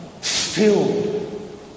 filled